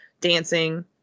dancing